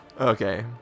Okay